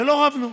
ולא רבנו.